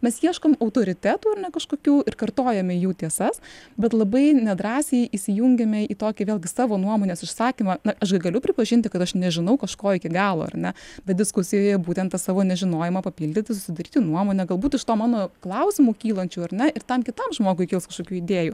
mes ieškom autoritetų ar ne kažkokių ir kartojame jų tiesas bet labai nedrąsiai įsijungiame į tokį vėlgi savo nuomonės išsakymą na aš gi galiu pripažinti kad aš nežinau kažko iki galo ar ne bet diskusijoje būtent tą savo nežinojimą papildyti susidaryti nuomonę galbūt iš to mano klausimų kylančių ar na ir tam kitam žmogui kils kažkokių idėjų